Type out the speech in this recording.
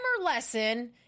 lesson